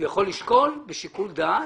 הוא יכול לשקול בשיקול דעת.